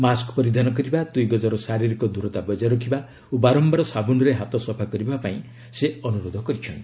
mask ପରିଧାନ କରିବା ଦୁଇଗଜର ଶାରିରୀକ ଦୂରତା ବଜାୟ ରଖିବା ଓ ବାରମ୍ଘାର ସାବୁନ୍ରେ ହାତ ସଫା କରିବା ପାଇଁ ସେ ଅନୁରୋଧ କରିଛନ୍ତି